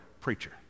preacher